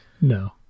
No